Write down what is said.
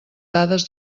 dades